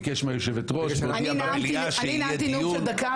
אני נאמתי נאום של דקה